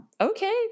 okay